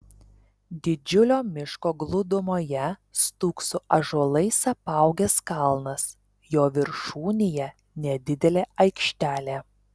didžiulio miško glūdumoje stūkso ąžuolais apaugęs kalnas jo viršūnėje nedidelė aikštelė